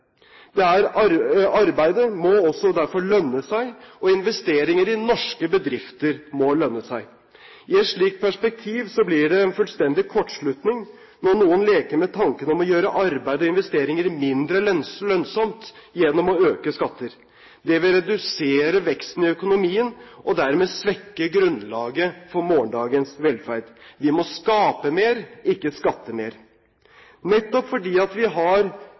også verdien av arbeidet. Arbeidet må derfor også lønne seg, og investeringer i norske bedrifter må lønne seg. I et slikt perspektiv blir det en fullstendig kortslutning når noen leker med tanken om å gjøre arbeid og investeringer mindre lønnsomt gjennom å øke skatter. Det vil redusere veksten i økonomien og dermed svekke grunnlaget for morgendagens velferd. Vi må skape mer, ikke skatte mer. Nettopp fordi vi har